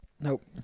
Nope